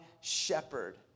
shepherd